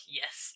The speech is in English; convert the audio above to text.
yes